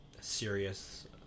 serious